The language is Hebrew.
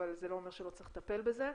אבל זה לא אומר שלא צריך לטפל בזה.